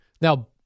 Now